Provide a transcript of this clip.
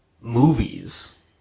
movies